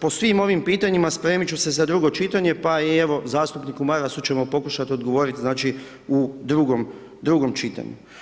po svim ovim pitanjima spremit ću se za drugo čitanje, pa evo i zastupniku Marasu ćemo pokušati odgovoriti, znači, u drugom, drugom čitanju.